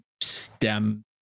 stem